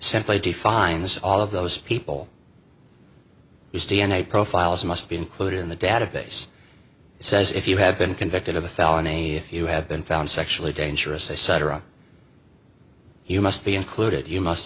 simply defines all of those people whose d n a profiles must be included in the database says if you have been convicted of a felony if you have been found sexually dangerous they cetera you must be included you must